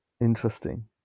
interesting